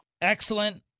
Excellent